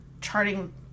charting